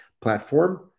platform